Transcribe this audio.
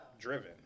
driven